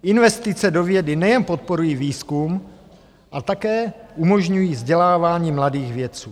Investice do vědy nejen podporují výzkum, ale také umožňují vzdělávání mladých vědců.